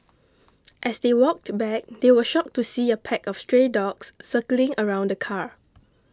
as they walked back they were shocked to see a pack of stray dogs circling around the car